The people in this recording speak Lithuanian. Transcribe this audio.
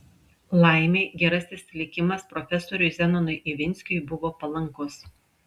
laimei gerasis likimas profesoriui zenonui ivinskiui buvo palankus